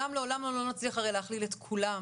לעולם לעולם הרי לא נצליח להכליל את כולם,